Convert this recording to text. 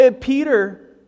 Peter